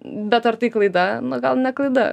bet ar tai klaida nu gal ne klaida